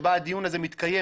בה הדיון הזה מתקיים,